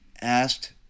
asked